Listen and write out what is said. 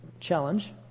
challenge